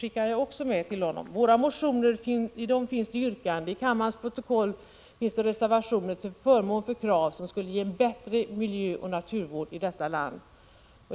I våra motioner finns yrkanden, i kammarens protokoll finns reservationer till förmån för krav som skulle ge en bättre miljöoch naturvård i detta land.